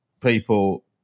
people